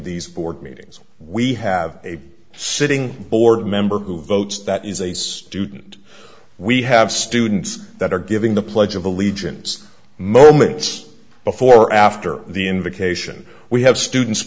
these board meetings we have a sitting board member who votes that is a student we have students that are giving the pledge of allegiance moments before or after the invocation we have students